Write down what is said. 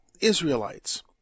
Israelites